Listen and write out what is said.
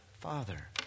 Father